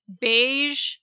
beige